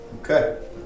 Okay